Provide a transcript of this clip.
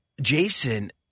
Jason